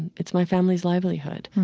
it's my family's livelihood.